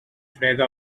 freda